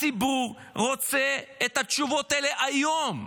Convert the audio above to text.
הציבור רוצה את התשובות האלה היום.